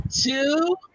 two